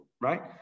right